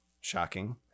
shocking